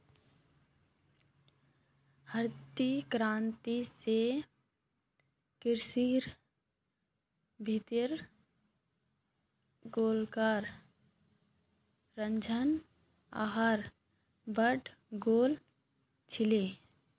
हरित क्रांति स कृषिर भीति लोग्लार रुझान आरोह बढ़े गेल छिले